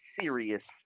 serious